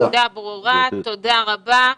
הנקודה ברורה, תודה רבה.